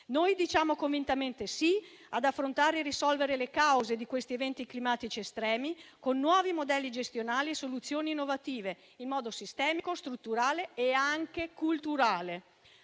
Noi diciamo convintamente sì ad affrontare e risolvere le cause di questi eventi climatici estremi con nuovi modelli gestionali e soluzioni innovative, in modo sistemico, strutturale e anche culturale.